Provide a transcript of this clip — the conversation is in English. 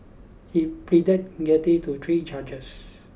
he pleaded guilty to three charges